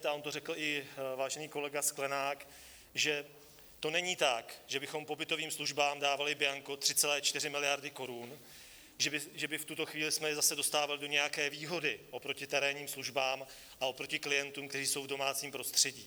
A on to řekl i vážený kolega Sklenák, že to není tak, že bychom pobytovým službám dávali bianko 3,4 miliardy korun, že bychom v tuto chvíli je zase dostávali do nějaké výhody oproti terénním službám a oproti klientům, kteří jsou v domácím prostředí.